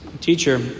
Teacher